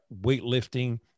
weightlifting